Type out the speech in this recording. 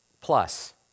plus